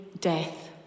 death